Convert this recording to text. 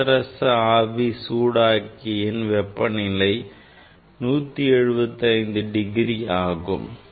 பாதரச ஆவி சூடாக்கியின் வெப்பநிலை 175 டிகிரி ஆகும்